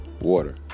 water